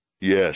Yes